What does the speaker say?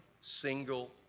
single